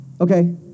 Okay